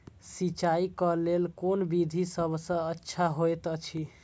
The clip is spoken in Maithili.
सिंचाई क लेल कोन विधि सबसँ अच्छा होयत अछि?